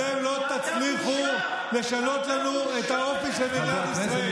אתם לא תצליחו לשנות לנו את האופי של מדינת ישראל.